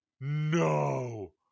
No